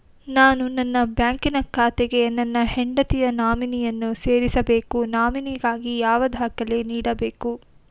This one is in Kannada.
ನಾನು ನನ್ನ ಬ್ಯಾಂಕಿನ ಖಾತೆಗೆ ನನ್ನ ಹೆಂಡತಿಯ ನಾಮಿನಿಯನ್ನು ಸೇರಿಸಬೇಕು ನಾಮಿನಿಗಾಗಿ ಯಾವ ದಾಖಲೆ ನೀಡಬೇಕು?